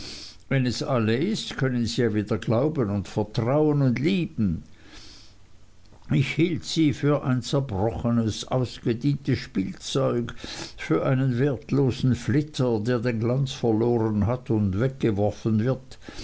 wenn es alle ist können sie ja wieder glauben und vertrauen und lieben ich hielt sie für ein zerbrochenes ausgedientes spielzeug für einen wertlosen flitter der den glanz verloren hat und weggeworfen wird